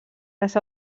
les